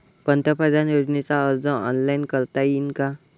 पंतप्रधान योजनेचा अर्ज ऑनलाईन करता येईन का?